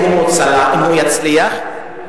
אם יצליח,